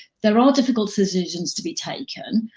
there are ah difficult decisions to be taken,